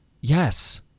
yes